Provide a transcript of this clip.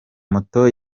moto